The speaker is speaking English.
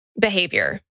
behavior